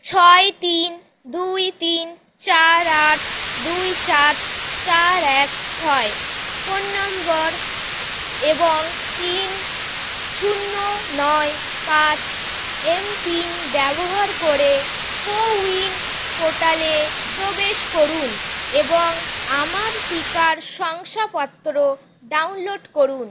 ছয় তিন দুই তিন চার আট দুই সাত চার এক ছয় ফোন নম্বর এবং তিন শূন্য নয় পাঁচ এমপিন ব্যবহার করে কোউইন পোর্টালে প্রবেশ করুন এবং আমার টিকার শংসাপত্র ডাউনলোড করুন